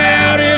out